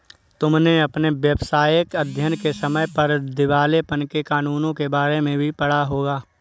तुमने अपने व्यावसायिक अध्ययन के समय पर दिवालेपन के कानूनों के बारे में भी पढ़ा होगा